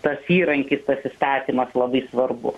tas įrankis tas įstatymas labai svarbu